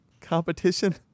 competition